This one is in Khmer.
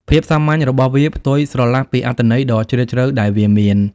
ភាពសាមញ្ញរបស់វាផ្ទុយស្រឡះពីអត្ថន័យដ៏ជ្រាលជ្រៅដែលវាមាន។